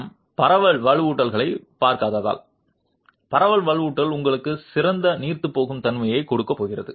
நாம் பரவல் வலுவூட்டல்களைப் பார்க்காததால் பரவல் வலுவூட்டல் உங்களுக்கு சிறந்த நீர்த்துப்போகும் தன்மையைக் கொடுக்கப் போகிறது